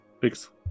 Fix